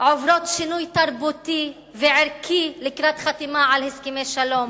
עוברות שינוי תרבותי וערכי לקראת החתימה על הסכמי שלום.